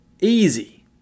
easy